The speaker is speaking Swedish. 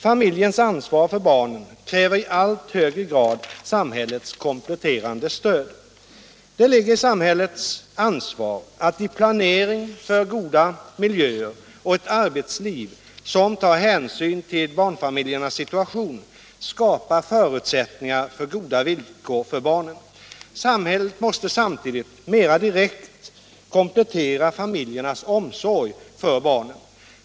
Familjens ansvar för barnen kräver i allt högre grad samhällets kompletterande stöd. Det tillhör samhällets ansvar att vid planering för goda miljöer och ett arbetsliv som tar hänsyn till barnfamiljernas situation skapa förutsättningar för goda villkor för barnen. Samhället måste samtidigt mera direkt komplettera familjernas omsorg för barnen.